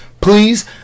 Please